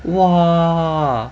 !wah!